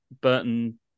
Burton